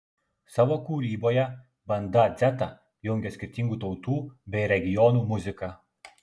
savo kūryboje banda dzeta jungia skirtingų tautų bei regionų muziką